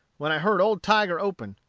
when i heard old tiger open.